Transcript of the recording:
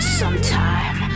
sometime